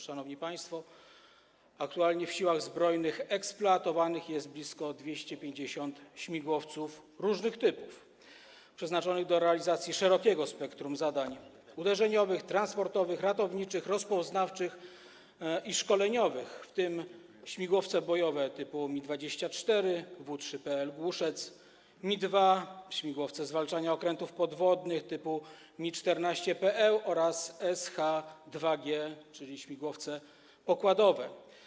Szanowni państwo, aktualnie w Siłach Zbrojnych eksploatowanych jest blisko 250 śmigłowców różnych typów, które są przeznaczone do realizacji szerokiego spektrum zadań: uderzeniowych, transportowych, ratowniczych, rozpoznawczych i szkoleniowych, w tym śmigłowce bojowe typu Mi-24, W-3PL Głuszec, Mi-2, śmigłowce do zwalczania okrętów podwodnych typu Mi-14PŁ oraz SH-2G, czyli śmigłowce pokładowe.